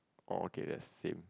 oh okay that's same